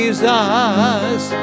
Jesus